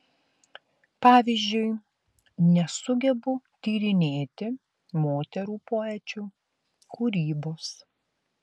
pavyzdžiui nesugebu tyrinėti moterų poečių kūrybos